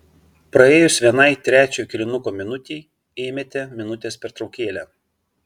praėjus vienai trečiojo kėlinuko minutei ėmėte minutės pertraukėlę